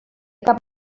cap